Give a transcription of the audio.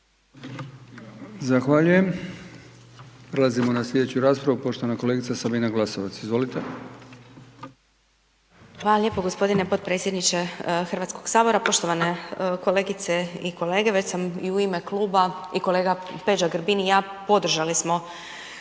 Zahvaljujem. Prelazimo na sljedeću raspravu, poštovana kolegice Sabina Glasovac. Izvolite. **Glasovac, Sabina (SDP)** Hvala lijepo g. potpredsjedniče HS-a, poštovane kolegice i kolege. Već sam i u ime kluba i kolega Peđa Grbin i ja, podržali smo,